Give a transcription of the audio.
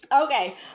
Okay